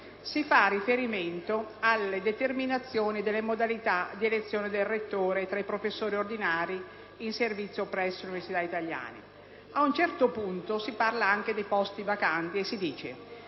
Si fa riferimento alla determinazione delle modalità di elezione del rettore tra i professori ordinari in servizio presso le università italiane. Ad un certo punto si parla anche dei posti vacanti e, al